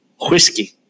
Whiskey